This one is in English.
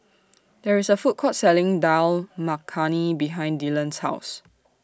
There IS A Food Court Selling Dal Makhani behind Dillan's House